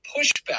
pushback